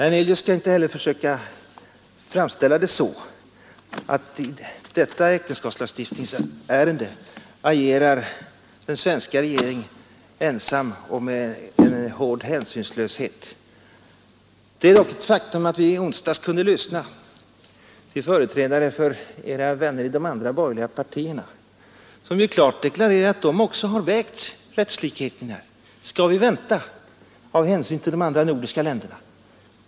Herr Hernelius skall inte heller Ei svenska regeringen agerar ensam och med hård hänsynslöshet. Det är ett faktum att vi i onsdags kunde lyssna till företrädare för era vänner i de andra borgerliga partierna, som klart deklarerade att de också har övervägt frågan om rättslikheten, om vi skall vänta av hänsyn till de andra nordiska länderna.